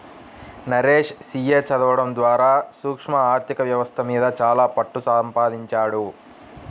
Naresh CA చదవడం ద్వారా సూక్ష్మ ఆర్ధిక వ్యవస్థ మీద చాలా పట్టుసంపాదించాడు